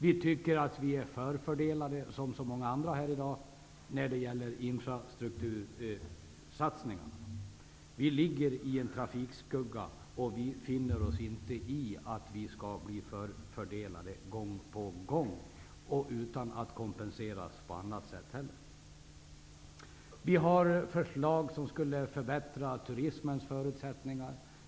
Vi tycker, som så många andra här i dag, att vi är förfördelade när det gäller infrastruktursatsningarna. Vi ligger i en trafikskugga, och vi finner oss inte i att vi skall bli förfördelade gång på gång utan att kompenseras på annat sätt. Vi har väckt förslag som skulle förbättra turismens förutsättningar.